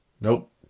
nope